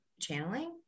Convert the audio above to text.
channeling